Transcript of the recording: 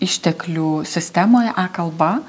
išteklių sistemoj e kalba